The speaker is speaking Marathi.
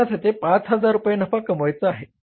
आपणास येथे 5000 रुपये नफा कमवायचा आहे